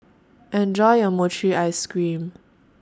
Enjoy your Mochi Ice Cream